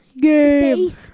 game